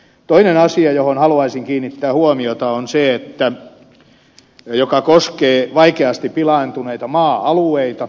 toinen asia johon haluaisin kiinnittää huomiota on se joka koskee vaikeasti pilaantuneita maa alueita